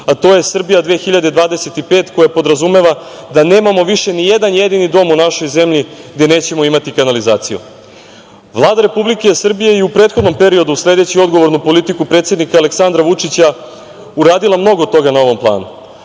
a to je „Srbija 2025“ koja podrazumeva da nemamo više ni jedan jedini dom u našoj zemlji gde nećemo imati kanalizaciju. Vlada Republike Srbije je i u prethodnom periodu, sledeći odgovornu politiku predsednika Aleksandra Vučića, uradila mnogo toga na ovom planu,